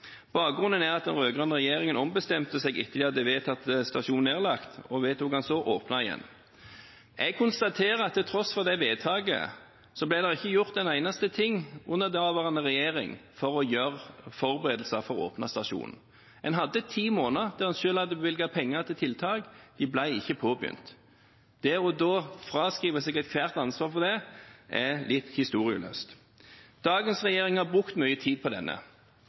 Bakgrunnen er at den rød-grønne regjeringen ombestemte seg etter at de hadde vedtatt stasjonen nedlagt, og vedtok å åpne den igjen. Jeg konstaterer – til tross for det vedtaket – at det ikke ble gjort en eneste ting under daværende regjering for å gjøre forberedelser for å åpne stasjonen. En hadde ti måneder, og en hadde selv bevilget penger til tiltak. De ble ikke påbegynt. Å fraskrive seg ethvert ansvar for det er litt historieløst. Dagens regjering har brukt mye tid på denne